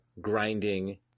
grinding